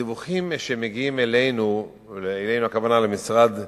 הדיווחים שמגיעים אלינו, הכוונה למשרד החינוך,